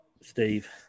Steve